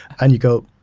and you go,